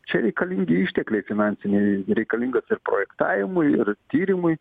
čia reikalingi ištekliai finansiniai reikalingas ir projektavimui ir tyrimai